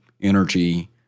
energy